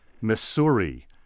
Missouri